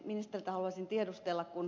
ministeriltä haluaisin tiedustella kun